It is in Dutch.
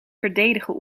verdedigen